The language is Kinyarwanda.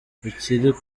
ukuri